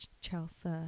Chelsea